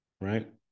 right